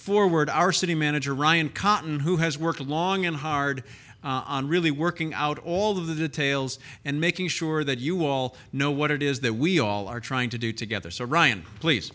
forward our city manager ryan cotton who has worked long and hard on really working out all of the details and making sure that you all know what it is that we all are trying to do together so ryan please